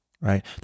right